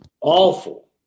awful